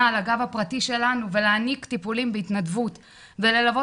על הגב הפרטי שלנו ולהעניק טיפולים בהתנדבות וללוות